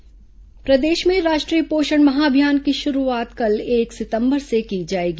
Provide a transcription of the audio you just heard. पोषण अभियान प्रदेश में राष्ट्रीय पोषण माह अभियान की शुरूआत कल एक सितंबर से की जाएगी